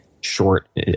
short